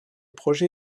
projet